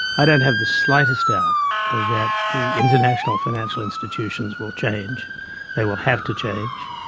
i don't have the slightest doubt that the international financial institutions will change they will have to change.